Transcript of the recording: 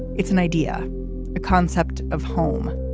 it's an idea a concept of home.